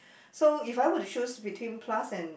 so if I were to choose between plus and